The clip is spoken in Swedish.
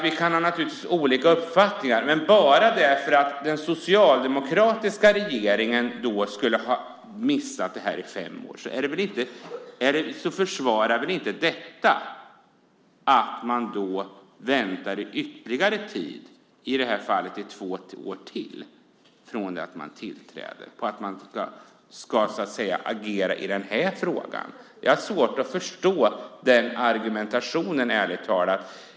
Vi kan naturligtvis ha olika uppfattningar, men bara för att den socialdemokratiska regeringen skulle ha missat det här i fem år kan man inte försvara att man väntar ytterligare, i det här fallet två år till, innan man agerar i den här frågan. Jag har svårt att förstå den argumentationen.